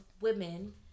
women